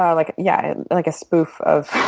um like yeah, and like a spoof of